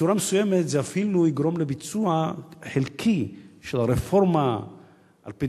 בצורה מסוימת זה אפילו יגרום לביצוע חלקי של הרפורמה על-פי